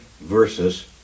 versus